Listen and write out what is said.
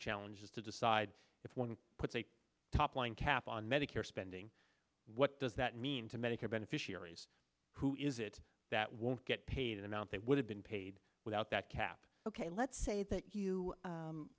challenge is to decide if one puts a topline cap on medicare spending what does that mean to medicare beneficiaries who is it that won't get paid amount that would have been paid without that cap ok let's say that you